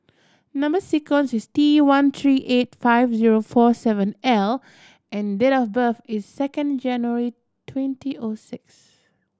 number sequence is T one three eight five zero four seven L and date of birth is second January twenty O six